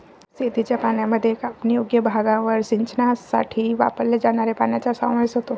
शेतीच्या पाण्यामध्ये कापणीयोग्य भागावर सिंचनासाठी वापरल्या जाणाऱ्या पाण्याचा समावेश होतो